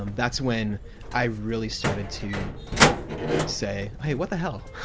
um that's when i really started to say, hey, what the hell?